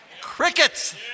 crickets